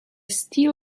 steel